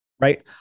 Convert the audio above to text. Right